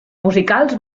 musicals